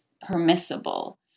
permissible